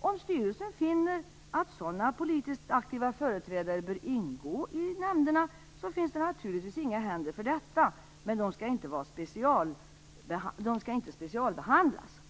Om styrelsen finner att sådana politiskt aktiva företrädare bör ingå i nämnderna, finns det naturligtvis inga hinder för detta. Men de skall inte specialbehandlas.